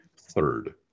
third